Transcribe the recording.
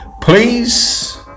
Please